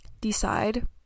decide